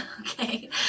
Okay